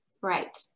Right